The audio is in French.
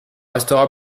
restera